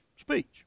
speech